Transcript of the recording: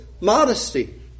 modesty